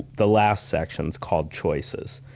the last section is called choices.